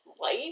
life